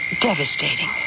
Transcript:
Devastating